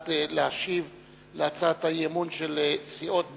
להשיב על הצעת האי-אמון של סיעות בל"ד,